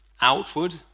outward